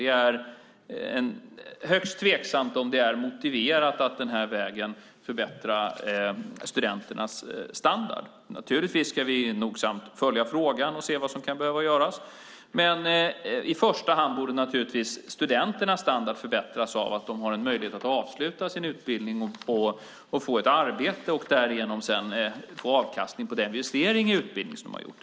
Det är därför högst tveksamt om det är motiverat att den vägen förbättra studenternas standard. Naturligtvis ska vi nogsamt följa frågan och se vad som kan behöva göras, men i första hand borde studenternas standard förbättras av att de har möjlighet att avsluta sin utbildning, får ett arbete och därigenom får avkastning på den investering i utbildning som de gjort.